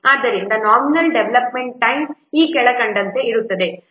ಆದ್ದರಿಂದ nominal development time ಈ ಕೆಳ ಕಂಡಂತೆ ಇರುತ್ತದೆ